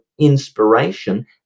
inspiration